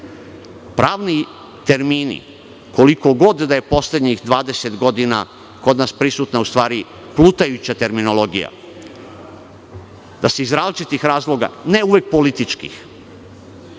igrate. Pravni termini, koliko god da je u poslednjih 20 godina kod nas prisutna plutajuća terminologija, se iz različitih razloga, ne uvek političkih